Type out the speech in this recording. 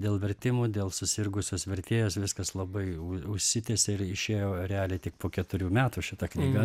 dėl vertimų dėl susirgusios vertėjos viskas labai užsitęsė ir išėjo realiai tik po keturių metų šita knyga